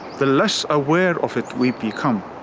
the less aware of it we become.